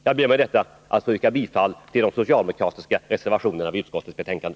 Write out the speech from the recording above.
Jag ber att med det anförda få yrka bifall till de socialdemokratiska reservationerna vid utskottets betänkande.